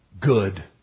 good